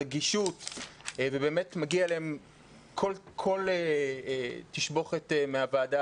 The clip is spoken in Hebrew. רגישות ובאמת מגיעה להם כל תשבוחת מהוועדה